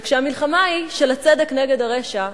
וכשהמלחמה היא של הצדק נגד הרשע,